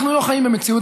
אנחנו לא חיים במציאות,